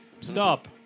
Stop